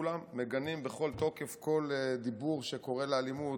אנחנו מגנים בכל תוקף כל דיבור שקורא לאלימות,